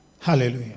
Hallelujah